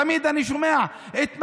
תמיד אני שומע את מאזן,